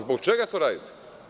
Zbog čega to radite?